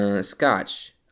scotch